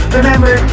Remember